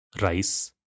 rice